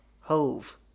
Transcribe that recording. Hove